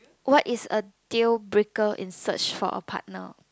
what's is a deal breaker in search for a partner